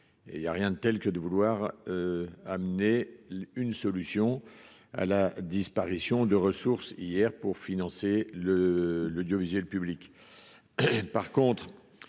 il y a rien de tel que de vouloir amener une solution à la disparition de ressources hier pour financer le l'audiovisuel public,